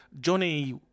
Johnny